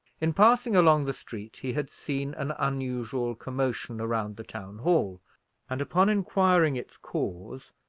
in passing along the street he had seen an unusual commotion around the town-hall and, upon inquiring its cause,